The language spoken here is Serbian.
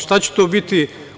Šta će to biti?